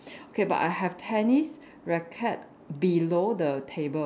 okay but I have tennis racket below the table